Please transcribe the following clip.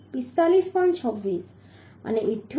26 અને 78